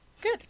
Good